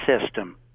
system